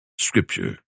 Scripture